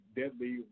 deadly